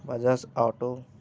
Bajaj auto